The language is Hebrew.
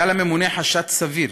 היה לממונה חשד סביר,